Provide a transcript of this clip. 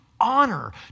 honor